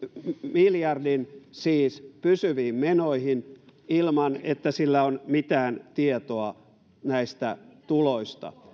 miljardin siis pysyviin menoihin ilman että sillä on mitään tietoa näistä tuloista hallituksen omien puheiden